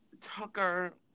Tucker